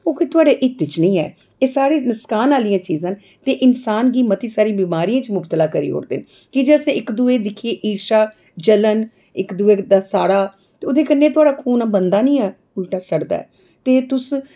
ओह् कोई थुआढ़े हित च नेईं ऐ एह् साढ़े नकसान आह्लियां चीज़ां न ते इन्सान गी मती सारी बमारियें च मुक्तला करी ओड़दे न कीजे अस इक दूए गी दिक्खियै ईर्शा जलन इक दूए दा साड़ा ते ओह्दे कन्नै थुआढ़ा खून बनदा निं ऐ उल्टा सड़दा ऐ ते तुस